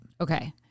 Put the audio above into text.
okay